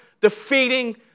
defeating